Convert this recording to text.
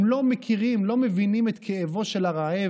הם לא מכירים, לא מבינים את כאבו של הרעב,